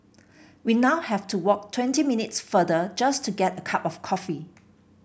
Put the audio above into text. we now have to walk twenty minutes further just to get a cup of coffee